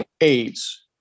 AIDS